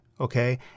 okay